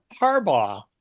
Harbaugh